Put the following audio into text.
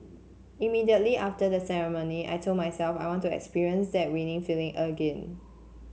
immediately after the ceremony I told myself I want to experience that winning feeling again